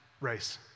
race